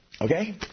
Okay